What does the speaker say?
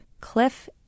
Cliff